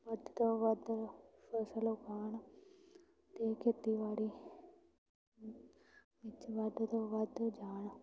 ਵੱਧ ਤੋਂ ਵੱਧ ਫ਼ਸਲ ਉਗਾਉਣ ਅਤੇ ਖੇਤੀਬਾੜੀ ਵਿੱਚ ਵੱਧ ਤੋਂ ਵੱਧ ਜਾਣ